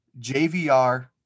JVR